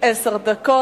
גברתי, עשר דקות.